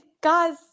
Guys